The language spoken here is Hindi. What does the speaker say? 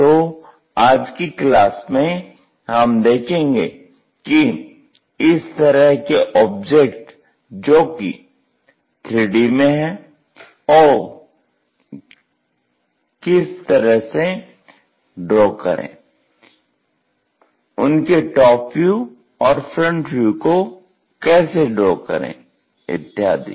तो आज की क्लास में हम देखेंगे कि इस तरह के ऑब्जेक्ट जो कि 3D में हैं को किस तरह से ड्रा करें उनके टॉप व्यू और फ्रंट व्यू को कैसे ड्रा करें इत्यादि